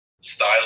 style